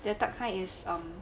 the third kind is um